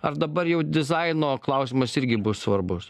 ar dabar jau dizaino klausimas irgi bus svarbus